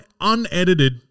unedited